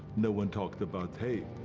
no one talked about, hey,